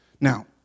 Now